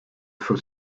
for